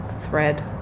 thread